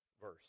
verse